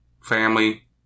family